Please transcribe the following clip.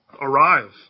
arrive